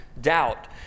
doubt